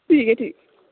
ठीक ऐ ठीक